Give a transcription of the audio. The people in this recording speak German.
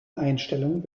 einstellung